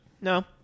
No